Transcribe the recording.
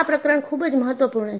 આ પ્રકરણ ખૂબ જ મહત્વપૂર્ણ છે